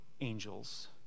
angels